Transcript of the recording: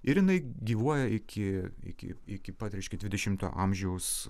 ir jinai gyvuoja iki iki iki pat reiškia dvidešimto amžiaus